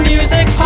Music